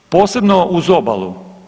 Posebno uz obalu.